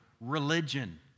religion